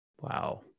Wow